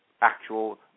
actual